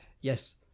yes